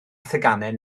theganau